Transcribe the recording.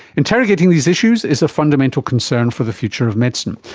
interrogating these issues is a fundamental concern for the future of medicine,